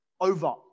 over